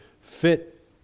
fit